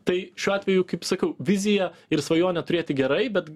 tai šiuo atveju kaip sakau viziją ir svajonę turėti gerai bet